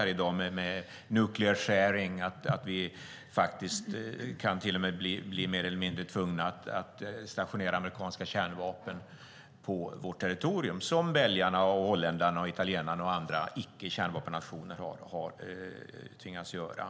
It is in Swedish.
Det gäller nuclear sharing, att vi till och med kan bli mer eller mindre tvungna att stationera amerikanska kärnvapen på vårt territorium, som belgarna, holländarna, italienarna och andra icke-kärnvapennationer har tvingats göra.